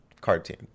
cartoon